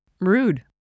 Rude